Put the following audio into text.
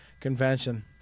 convention